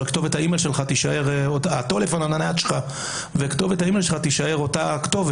אבל הטלפון הנייד שלך וכתובת המייל שלך יישארו אותו דבר.